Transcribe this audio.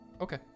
Okay